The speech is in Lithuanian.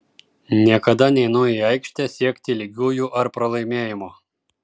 niekada neinu į aikštę siekti lygiųjų ar pralaimėjimo